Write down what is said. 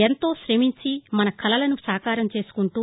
ఎంతో శమించి మన కలలను సాకారం చేసుకుంటూ